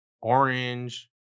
orange